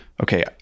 okay